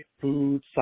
Food